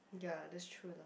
ya that's true lah